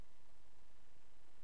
לצערנו,